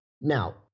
now